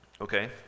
Okay